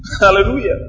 Hallelujah